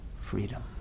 freedom